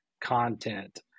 content